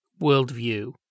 worldview